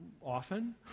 often